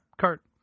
cart